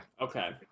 okay